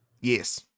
yes